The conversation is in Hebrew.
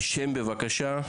שם בבקשה?